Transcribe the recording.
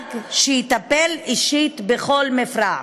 דאג ש"יטפל אישית" בכל מפריע.